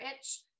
itch